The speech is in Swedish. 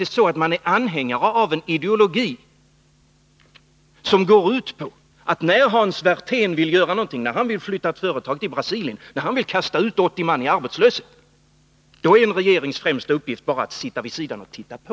Eller är man anhängare av en ideologi som går ut på att när Hans Werthén vill göra någonting — när han t.ex. vill flytta ett företag till Brasilien och kasta ut 80 man i arbetslöshet — då är det regeringens främsta uppgift att bara sitta vid sidan om och titta på?